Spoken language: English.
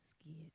scared